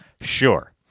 Sure